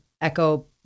echo